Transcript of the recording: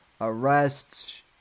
arrests